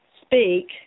speak